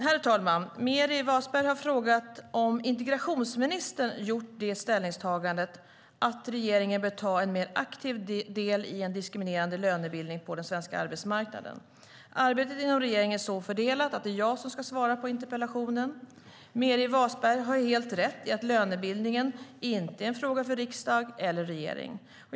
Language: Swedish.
Herr talman! Meeri Wasberg har frågat om integrationsministern gjort det ställningstagandet att regeringen bör ta en mer aktiv del i en diskriminerande lönebildning på den svenska arbetsmarknaden. Arbetet inom regeringen är så fördelat att det är jag som ska svara på interpellationen. Meeri Wasberg har helt rätt i att lönebildning inte är en fråga för riksdag eller regering.